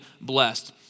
blessed